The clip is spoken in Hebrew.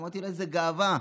אמרתי: איזו גאווה.